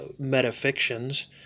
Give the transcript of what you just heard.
metafictions